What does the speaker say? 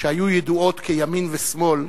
שהיו ידועות כימין ושמאל,